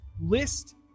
list